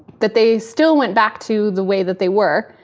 that they still went back to the way that they were,